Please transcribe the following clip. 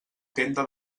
tenda